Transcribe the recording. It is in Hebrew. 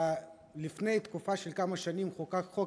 לפני כמה שנים חוקק חוק,